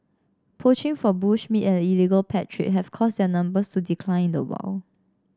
poaching for bush meat and illegal pet trade have caused their numbers to decline in the wild